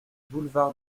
boulevard